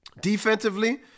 Defensively